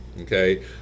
Okay